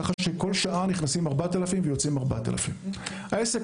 כך שבכל שעה נכנסים 4,000 ויוצאים 4,000. העסק